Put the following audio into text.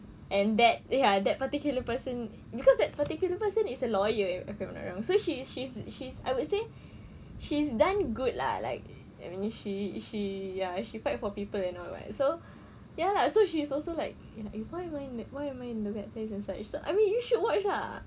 and that ya that particular person cause that particular person is a lawyer so she she's she's I would say she's done good lah like I mean she she ya she fight for people and all right so ya lah so she's also like why am I why am I in the bad place and such so I mean you should watch ah